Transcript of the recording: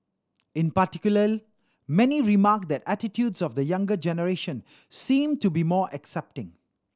in particular many remarked that attitudes of the younger generation seem to be more accepting